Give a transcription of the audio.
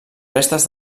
restes